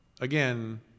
Again